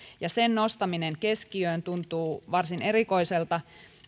ja sen nostaminen keskiöön tuntuu varsin erikoiselta